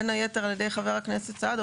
בין היתר על ידי חבר הכנסת סעדה,